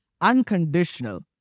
unconditional